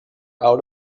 out